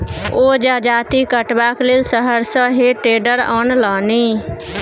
ओ जजाति कटबाक लेल शहर सँ हे टेडर आनलनि